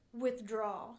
withdraw